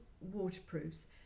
waterproofs